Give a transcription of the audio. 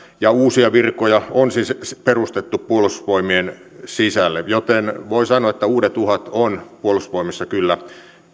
ja uusia virkoja on siis perustettu puolustusvoimien sisälle joten voi sanoa että uudet uhat on puolustusvoimissa kyllä